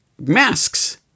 masks